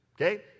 Okay